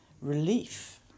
relief